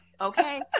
okay